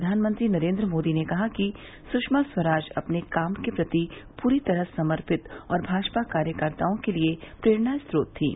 प्रधानमंत्री नरेन्द्र मोदी ने कहा कि सुषमा स्वराज अपने काम के प्रति पूरी तरह समर्पित और भाजपा कार्यकर्ताओं के लिए प्रेरणा स्रोत थीं